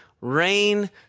rain